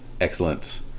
Excellent